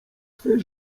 swe